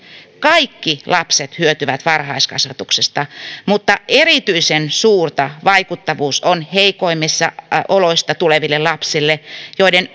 kaikki lapset hyötyvät varhaiskasvatuksesta mutta erityisen suurta vaikuttavuus on heikoimmista oloista tuleville lapsille joiden